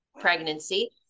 pregnancy